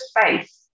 space